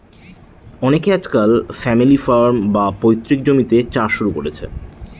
অনকে আজকাল family farm, বা পৈতৃক জমিতে চাষ শুরু করেছে